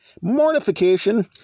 Mortification